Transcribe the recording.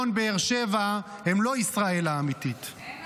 כיושב-ראש ועדת החוקה לשעבר של הכנסת אתה יודע